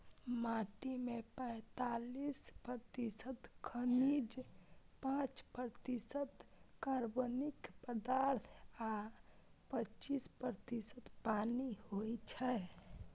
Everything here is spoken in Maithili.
माटि मे पैंतालीस प्रतिशत खनिज, पांच प्रतिशत कार्बनिक पदार्थ आ पच्चीस प्रतिशत पानि होइ छै